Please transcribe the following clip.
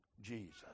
Jesus